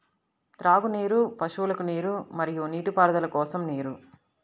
త్రాగునీరు, పశువులకు నీరు మరియు నీటిపారుదల కోసం నీరు